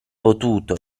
potuto